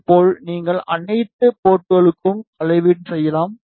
இதேபோல் நீங்கள் அனைத்து போர்ட்களுக்கும் அளவீடு செய்யலாம்